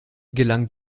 gelang